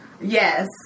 yes